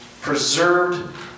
preserved